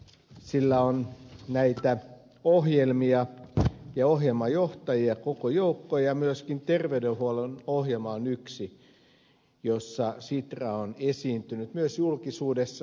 sillä on näitä ohjelmia ja ohjelmajohtajia koko joukko ja myöskin terveydenhuollon ohjelma on yksi jossa sitra on esiintynyt myös julkisuudessa